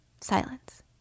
Silence